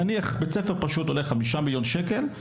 נניח בית ספר פשוט עולה 5 מיליון שקל,